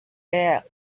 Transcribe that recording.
well